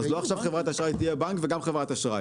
אז לא עכשיו חברת אשראי תהיה בנק וגם חברת אשראי,